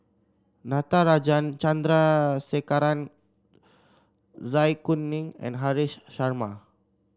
Natarajan Chandrasekaran Zai Kuning and Haresh Sharma